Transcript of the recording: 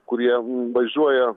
kurie važiuoja